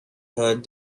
heard